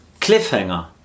Cliffhanger